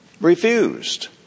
refused